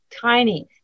tiny